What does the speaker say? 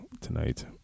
tonight